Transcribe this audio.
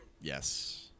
Yes